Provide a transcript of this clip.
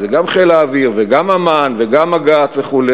זה גם חיל האוויר וגם אמ"ן וגם אג"ת וכו',